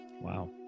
wow